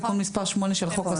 תיקון מספר 8 של חוק הספורט.